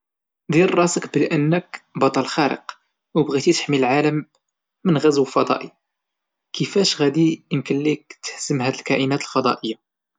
دير راسك بانك بطل خارق او بغيتي تحمي العالم من غزو فضائي كفاش غادي امكن لك تهزم هاد الكائنات الفضائية؟